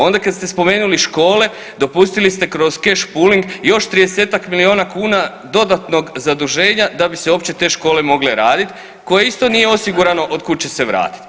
Onda kad ste spomenuli škole, dopustili ste kroz cash pulling još 30-ak milijuna kuna dodatnog zaduženja, da bi se uopće te škole mogle raditi, koji isto nje osigurano od kud će se vratiti.